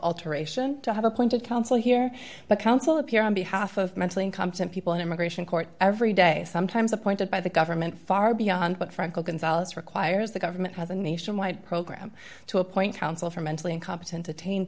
alteration to have appointed counsel here but counsel appear on behalf of mentally incompetent people in immigration court every day sometimes appointed by the government far beyond what frankel gonzales requires the government has a nationwide program to appoint counsel for mentally incompetent attain